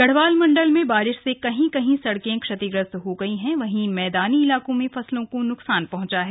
गढ़वाल मंडल में बारिश से कहीं कहीं सड़के क्षतिग्रस्त हो गयी है वहीं मैदानी इलाको में फसलों को नुकासान पहुॅचा है